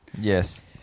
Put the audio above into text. Yes